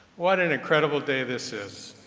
what an incredible day this is.